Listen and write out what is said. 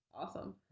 Awesome